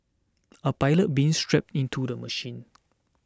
a pilot being strapped into the machine